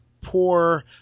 poor